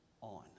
on